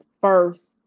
first